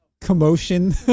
commotion